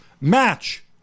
Match